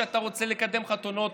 שאתה רוצה לקדם חתונות